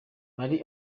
marie